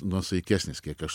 nuosaikesnis kiek aš